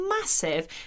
massive